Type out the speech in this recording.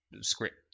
script